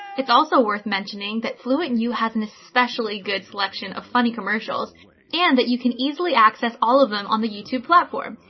it's also worth mentioning that fluentu has an especially good selection of funny commercials and that you can easily access all of them on the youtube platform.